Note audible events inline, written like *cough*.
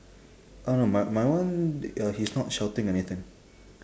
oh no my my one *noise* uh he's not shouting anything